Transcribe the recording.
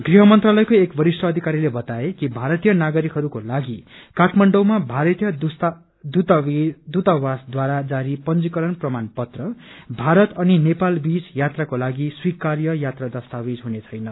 गृह मन्त्रालयको एक वरिष्ठ अधिकारीले बताए कि भारतीय नागरिकहरूको लागि काठमाण्डौमा भारतीय दूतावासद्वारा जारी पंजीकरण प्रमाण पत्र भारत अनि नेपाल बीच यात्राको लागि स्वीकार्य यात्रा दस्तावेज हुने छैन